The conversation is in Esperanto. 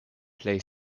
plej